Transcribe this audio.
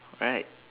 right